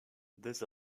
this